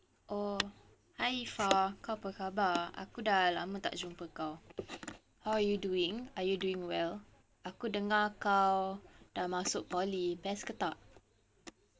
err hi ifah kau apa khabar aku dah lama tak jumpa kau how are you doing are you doing well aku dengar kau dah masuk poly best ke tak